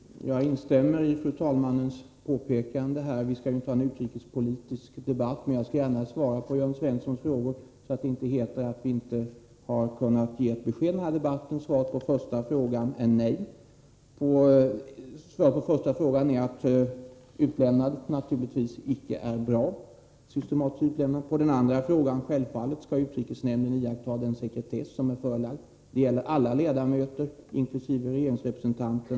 Fru talman! Jag instämmer i fru talmannens påpekande — vi skall ju inte ha en utrikespolitisk debatt nu. Men jag skall gärna svara på Jörn Svenssons frågor, så att det inte heter att vi inte har kunnat ge besked i denna debatt. Svaret på den första frågan är nej — systematiskt utlämnande av sådant material är naturligtvis inte bra. På den andra frågan är svaret att utrikesnämnden självfallet skall iaktta den sekretess som den är ålagd. Det gäller alla ledamöter, inkl. regeringens representanter.